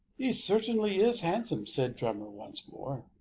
he certainly is handsome, said drummer once more.